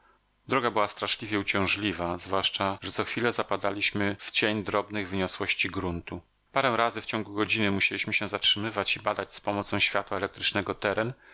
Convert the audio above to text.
droga była straszliwie uciążliwa zwłaszcza że co chwilę zapadaliśmy w cień drobnych wyniosłości gruntu parę razy w ciągu godziny musieliśmy się zatrzymywać i badać z pomocą światła elektrycznego teren